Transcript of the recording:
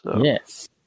Yes